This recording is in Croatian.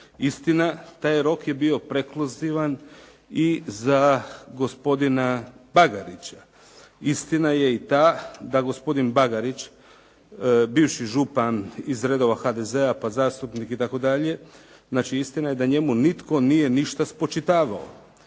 Istina, taj rok je bio prekluzivan i za gospodina Bagarića. Istina je i ta da gospodin Bagarić, bivši župan iz redova HDZ-a pa zastupnik itd., znači istina je da njemu nitko nije ništa spočitavao.